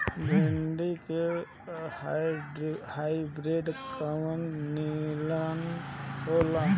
भिन्डी के हाइब्रिड कवन नीमन हो ला?